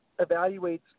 evaluates